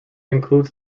includes